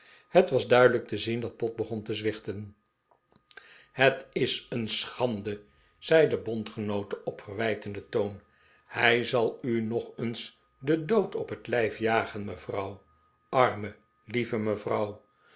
het was duidelijk te zien dat pott begon te zwichteh tpwfl i k v y s l m t verontrustende toe stand van mevrouw pott het is een schande zei de bondgenoote op verwijtenden toon hij zal u nog eens den dood op het lij'f jagen mevrouw arme lieve mevrouw